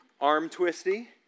arm-twisty